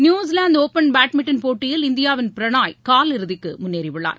New Zealand open badminton போட்டியில் இந்தியாவின் பிரணாய் காலிறுதிக்கு முன்னேறி உள்ளார்